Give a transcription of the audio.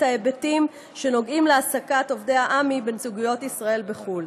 ההיבטים שנוגעים בהעסקת העמ"י בנציגויות ישראל בחו"ל.